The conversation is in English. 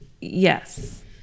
Yes